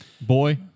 Boy